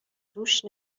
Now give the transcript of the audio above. روش